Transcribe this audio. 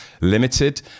limited